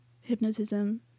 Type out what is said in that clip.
hypnotism